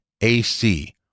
AC